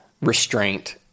restraint